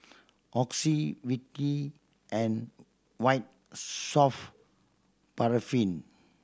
Oxy Vichy and White Soft Paraffin